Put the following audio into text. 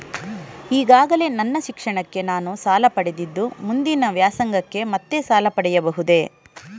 ಈಗಾಗಲೇ ನನ್ನ ಶಿಕ್ಷಣಕ್ಕೆ ನಾನು ಸಾಲ ಪಡೆದಿದ್ದು ಮುಂದಿನ ವ್ಯಾಸಂಗಕ್ಕೆ ಮತ್ತೆ ಸಾಲ ಪಡೆಯಬಹುದೇ?